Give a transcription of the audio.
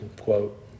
quote